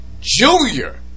Junior